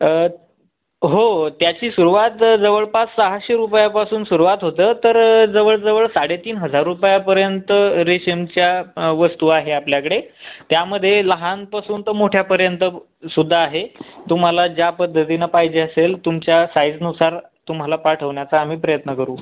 हो त्याची सुरुवात जवळपास सहाशे रुपयापासून सुरुवात होतं तर जवळजवळ साडेतीन हजार रुपयापर्यंत रेशीमच्या वस्तू आहे आपल्याकडे त्यामधे लहानपासून तर मोठ्यापर्यंत सुद्धा आहे तुम्हाला ज्या पद्धतीनं पाहिजे असेल तुमच्या साइजनुसार तुम्हाला पाठवण्याचा आम्ही प्रयत्न करू